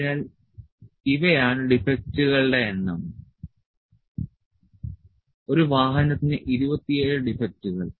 അതിനാൽ ഇവയാണ് ഡിഫെക്ടുകളുടെ എണ്ണം ഒരു വാഹനത്തിന് 27 ഡിഫെക്ടുകൾ